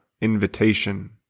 invitation